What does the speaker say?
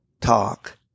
talk